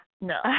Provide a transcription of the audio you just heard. no